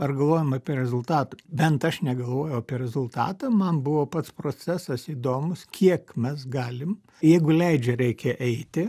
ar galvojom apie rezultatą bent aš negalvojau apie rezultatą man buvo pats procesas įdomus kiek mes galim jeigu leidžia reikia eiti